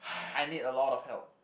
I need a lot of help